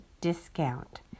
discount